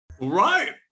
Right